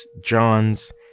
John's